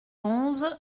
onze